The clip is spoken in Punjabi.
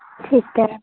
ਠੀਕ ਹੈ